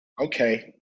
Okay